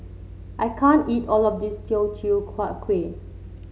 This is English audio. I can't eat all of this Teochew Huat Kuih